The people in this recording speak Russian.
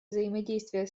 взаимодействие